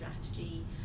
strategy